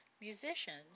Musicians